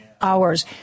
hours